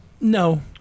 no